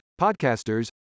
podcasters